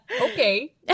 Okay